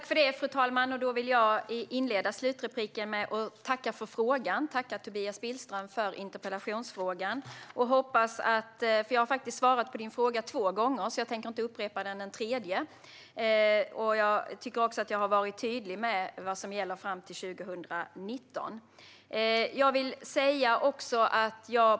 Fru talman! Jag vill inleda mitt sista inlägg med att tacka Tobias Billström för interpellationsfrågan. Jag har svarat på hans fråga två gånger, så jag tänker inte upprepa det hela en tredje gång. Jag tycker också att jag har varit tydlig med vad som gäller fram till 2019.